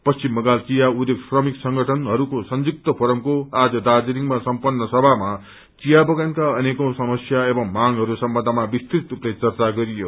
पश्चिम बंगाल चिया उध्योग श्रमिक संगठनहरूको संयुक्त फोरमको आज दार्जीलिङमा सम्पन्न सभामा चिया बगानका अनेकौँ समस्या एवं म्ग्रहरू सम्बन्धमा विस्तृत रूपले चच्चा गरियो